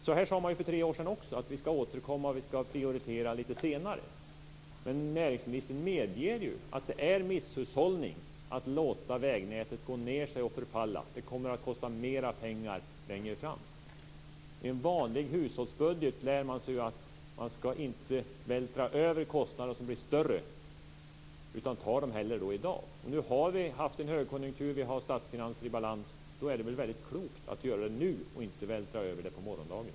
Så här sade man också för tre år sedan: Vi återkommer lite senare, vi ska prioritera. Men näringsministern medger ju att det är misshushållning att låta vägnätet gå ned sig och förfalla. Det kommer att kosta mer pengar längre fram. I en vanlig hushållsbudget lär man sig att man inte ska vältra över kostnader så att de blir större utan hellre ta dem i dag. Nu har vi haft en högkonjunktur. Vi har statsfinanser i balans. Då är det väldigt klokt att göra det nu och inte vältra över det på morgondagen.